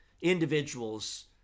individuals